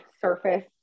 surface